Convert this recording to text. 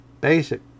basic